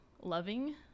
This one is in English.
loving